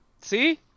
see